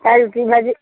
তাই ৰুটি ভাজি